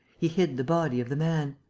he hid the body of the man.